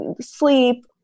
sleep